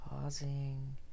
pausing